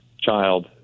child